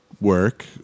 work